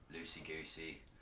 loosey-goosey